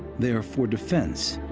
they are for defense.